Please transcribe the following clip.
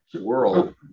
world